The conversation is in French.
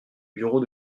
bureaux